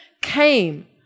came